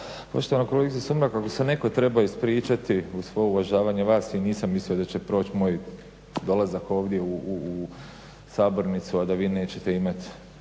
Poštovana kolegice Sumrak, ako se netko treba ispričati uz svo uvažavanje vas i nisam mislio da će proć moj dolazak ovdje u sabornicu, a da vi nećete imati